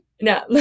No